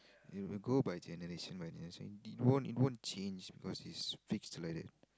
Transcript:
it will go by generation by generation it won't it won't change because it's fixed like that